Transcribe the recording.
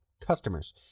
customers